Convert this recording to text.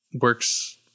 works